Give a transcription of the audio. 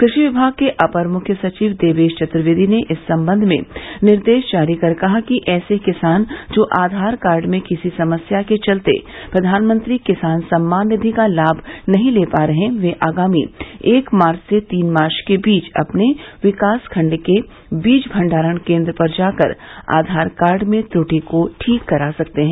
कृषि विभाग के अपर मुख्य सचिव देवेश चत्र्येदी ने इस संबंध में निर्देश जारी कर कहा कि ऐसे किसान जो आघार कार्ड में किसी समस्या के चलते प्रधानमंत्री किसान सम्मान निधि का लाभ नहीं ले पा रहे वे आगामी एक मार्च से तीन मार्च के बीच अपने विकास खंड के बीज भंडारण केंद्र पर जाकर आधार कार्ड में त्रुटि को ठीक करा सकते हैं